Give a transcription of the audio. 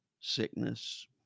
sickness